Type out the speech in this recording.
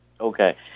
Okay